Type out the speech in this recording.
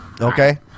Okay